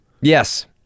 Yes